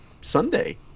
Sunday